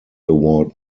award